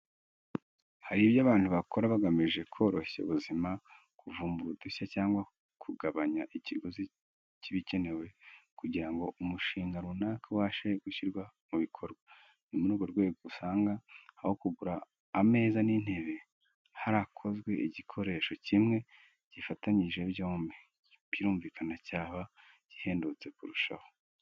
Hari ibyo abantu bakora bagamije koroshya ubuzima, kuvumbura udushya cyangwa kugabanya ikiguzi cy'ibikenewe kugira ngo umushinga runaka ubashe gushyirwa mu bikorwa, ni muri urwo rwego usanga aho kugura ameza n'intebe, harakozwe igikoresho kimwe gifatanyije byombi, birumvikana cyaba gihendutse kurushaho.